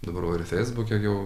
dabar va ir feisbuke jau